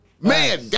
Man